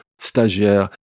stagiaire